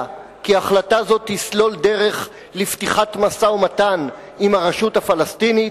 שהיא תסלול דרך לפתיחת משא-ומתן עם הרשות הפלסטינית,